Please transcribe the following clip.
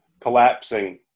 collapsing